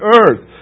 earth